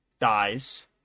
dies